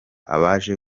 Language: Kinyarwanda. abaje